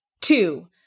Two